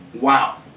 Wow